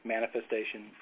Manifestation